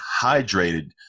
hydrated